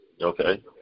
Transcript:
Okay